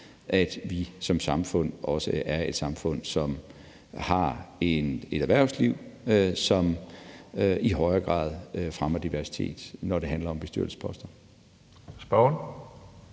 at vi som samfund også er et samfund, som har et erhvervsliv, som i højere grad fremmer diversiteten, når det handler om bestyrelsesposter. Kl.